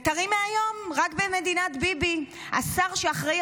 וטרי מהיום: רק במדינת ביבי השר שאחראי